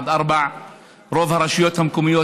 עד 4. רוב הרשויות המקומיות,